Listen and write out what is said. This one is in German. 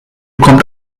kommt